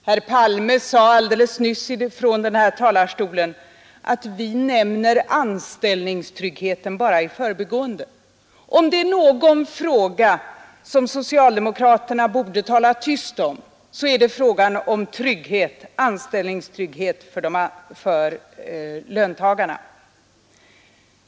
Her Palme sade alldeles nyss från denna talarstol att vi nämner anställningstryggheten bara i förbigående. Men om det är någon fråga som socialdemokraterna borde tala tyst om, så är det frågan om anställningstrygghet för löntagarna!